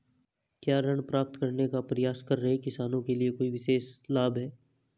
क्या ऋण प्राप्त करने का प्रयास कर रहे किसानों के लिए कोई विशेष लाभ हैं?